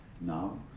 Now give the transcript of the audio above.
now